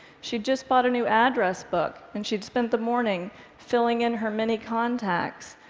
she'd just bought a new address book, and she'd spent the morning filling in her many contacts,